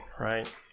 right